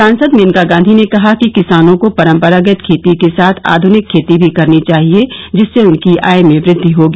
सांसद मेनका गांधी ने कहा कि किसानों को परम्परागत खेती के साथ आधुनिक खेती भी करनी चाहिए जिससे उनकी आय में वृद्वि होगी